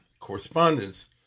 Correspondence